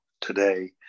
today